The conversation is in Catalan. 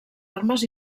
armes